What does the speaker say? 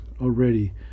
already